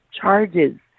charges